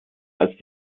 als